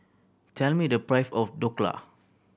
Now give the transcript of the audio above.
tell me the price of Dhokla